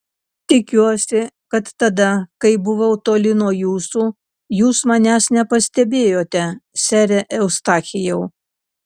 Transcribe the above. tikiuosi kad tada kai buvau toli nuo jūsų jūs manęs nepastebėjote sere eustachijau